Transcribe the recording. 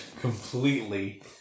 completely